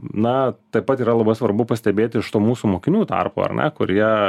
na taip pat yra labai svarbu pastebėti iš to mūsų mokinių tarpo ar ne kurie